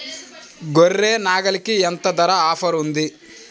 గొర్రె, నాగలికి ఎంత ధర ఆఫర్ ఉంది?